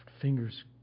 Fingers